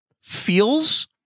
feels